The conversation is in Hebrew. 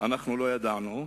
לא ידענו.